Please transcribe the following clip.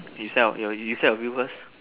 you say your you say your view first